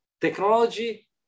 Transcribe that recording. technology